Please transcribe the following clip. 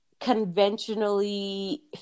conventionally